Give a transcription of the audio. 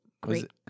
great